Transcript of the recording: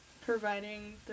providing